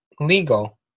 legal